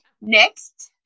Next